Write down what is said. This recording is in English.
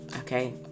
okay